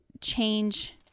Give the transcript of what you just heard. change